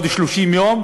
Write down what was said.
ועוד 30 יום,